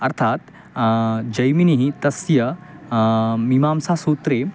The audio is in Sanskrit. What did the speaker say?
अर्थात् जैमिनिः तस्य मीमांसा सूत्रे